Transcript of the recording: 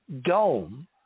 dome